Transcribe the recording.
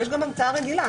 יש המצאה רגילה.